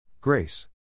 Grace